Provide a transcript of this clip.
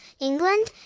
England